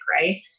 right